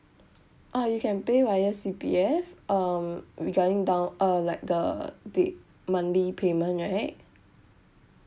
ah you can pay via C_P_F um regarding down uh like the the monthly payment right